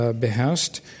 beherrscht